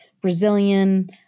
Brazilian